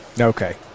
Okay